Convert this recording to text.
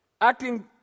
acting